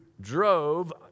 drove